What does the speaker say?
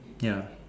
ya